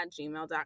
gmail.com